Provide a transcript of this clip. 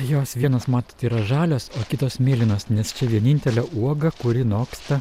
jos vienos matot yra žalios o kitos mėlynos nes čia vienintelė uoga kuri noksta